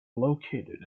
located